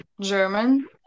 German